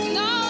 no